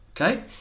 Okay